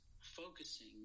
focusing